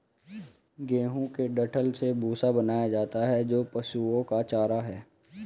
गेहूं के डंठल से भूसा बनाया जाता है जो पशुओं का चारा है